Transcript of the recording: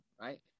right